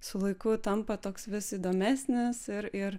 su laiku tampa toks vis įdomesnis ir ir